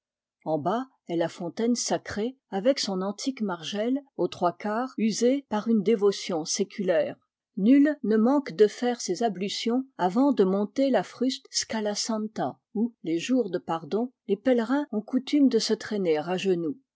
en bas est la fontaine sacrée avec son antique margelle aux trois quarts usée par une dévotion séculaire nul ne manque de faire ses ablutions avant de monter la fruste scala santa où les jours de pardon les pèlerins ont coutume de se traîner à genoux